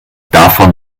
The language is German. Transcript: davon